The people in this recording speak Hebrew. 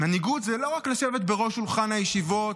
מנהיגות זה לא רק לשבת בראש שולחן הישיבות,